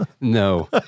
No